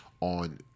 on